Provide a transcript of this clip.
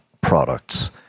products